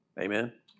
Amen